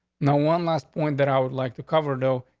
no. one last point that i would like to cover, though,